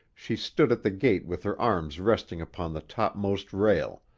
she stood at the gate with her arms resting upon the topmost rail,